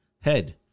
Head